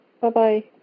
Bye-bye